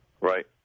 Right